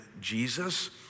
Jesus